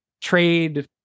trade